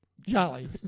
Jolly